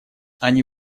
они